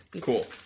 cool